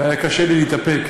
היה קשה לי להתאפק.